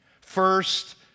First